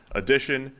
edition